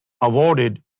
awarded